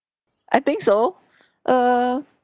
I think so err